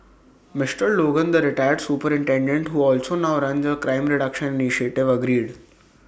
Mister Logan the retired superintendent who also now runs A crime reduction initiative agreed